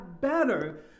better